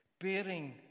bearing